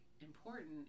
important